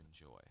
enjoy